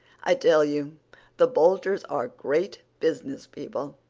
i tell you the boulters are great business people.